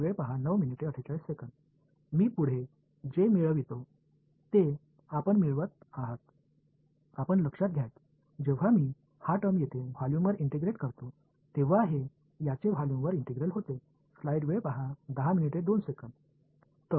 मी पुढे जे मिळवितो ते आपण मिळवत आहात आपण लक्षात घ्या की जेव्हा मी हा टर्म येथे व्हॉल्यूमवर इंटिग्रेट करतो तेव्हा हे याचे व्हॉल्यूमवर इंटिग्रल होते